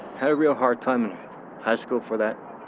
had a really hard time in high school for that